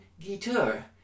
guitar